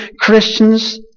Christians